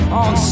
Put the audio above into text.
on